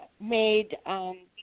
made